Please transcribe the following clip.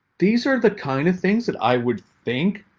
these are the kind of things that i would think